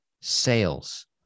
sales